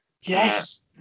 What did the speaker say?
Yes